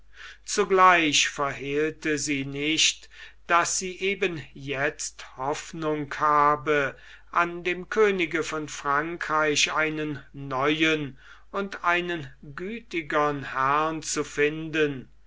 zugleich verhehlte sie nicht daß sie eben jetzt hoffnung habe an dem könige von frankreich einen neuen und einen gütigern herrn zu finden